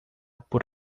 por